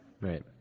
Right